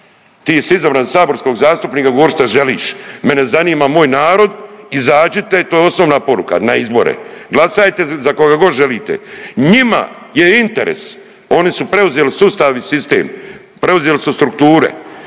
Ti si izabran za saborskog zastupnika govori šta želiš. Mene zanima moj narod. Izađite to je osnovna poruka na izbore, glasajte za koga god želite. Njima je interes, oni su preuzeli sustav i sistem, preuzeli su strukture.